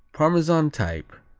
parmesan type,